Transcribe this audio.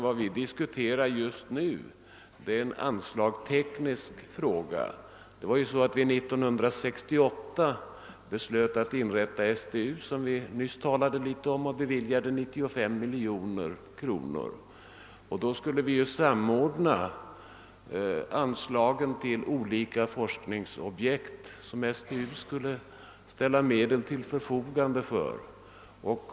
Vad vi diskuterar just nu är en anslagsteknisk fråga. År 1968 beslöt vi att inrätta STU, som vi nyss talade om och beviljade 95 miljoner kronor till. Meningen var att anslagen till olika forskningsobjekt skulle samordnas och att STU skulle ställa medel till förfogande.